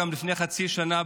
גם לפני חצי שנה,